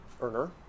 earner